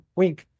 wink